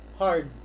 hard